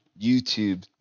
YouTube